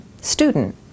student